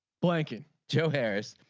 blanking. joe harris.